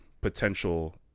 potential